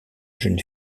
jeune